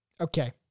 Okay